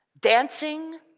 dancing